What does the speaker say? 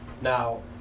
Now